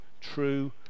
true